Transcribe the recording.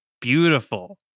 beautiful